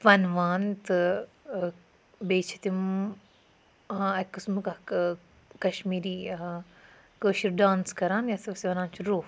وَنوان تہٕ بیٚیہِ چھِ تِم اَکہِ قٕسمُک اکھ کَشمیٖری کٲشُر ڈانس کَران یَتھ أسۍ وَنان چھِ روٚف